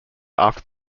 after